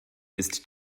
ist